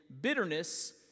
bitterness